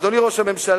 אדוני ראש הממשלה,